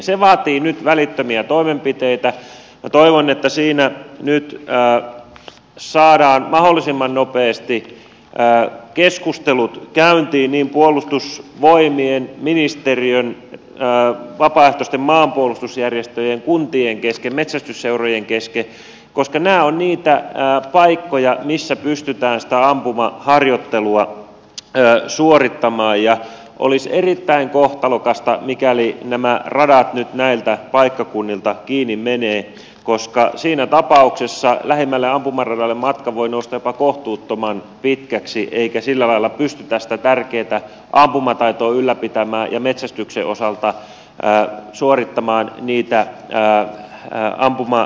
se vaatii nyt välittömiä toimenpiteitä ja toivon että siinä nyt saadaan mahdollisimman nopeasti keskustelut käyntiin niin puolustusvoimien ministeriön vapaaehtoisten maanpuolustusjärjestöjen kuntien kuin metsästysseurojen kesken koska nämä ovat niitä paikkoja missä pystytään sitä ampumaharjoittelua suorittamaan ja olisi erittäin kohtalokasta mikäli nämä radat nyt näiltä paikkakunnilta kiinni menevät koska siinä tapauksessa lähimmälle ampumaradalle matka voi nousta jopa kohtuuttoman pitkäksi eikä sillä lailla pystytä sitä tärkeätä ampumataitoa ylläpitämään ja metsästyksen osalta suorittamaan niitä ampumamerkkejä